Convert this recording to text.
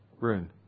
room